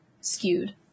skewed